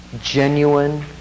genuine